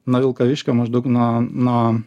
nuo vilkaviškio maždaug nuo nuo